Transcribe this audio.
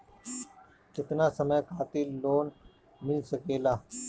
केतना समय खातिर लोन मिल सकेला?